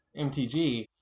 MTG